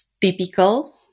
typical